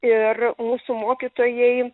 ir mūsų mokytojai